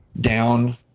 down